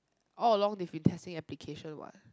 all along they've been testing application what